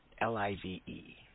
L-I-V-E